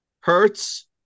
Hertz